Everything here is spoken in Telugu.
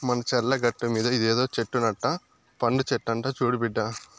మన చర్ల గట్టుమీద ఇదేదో చెట్టు నట్ట పండు చెట్లంట చూడు బిడ్డా